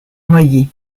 noyés